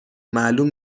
معلوم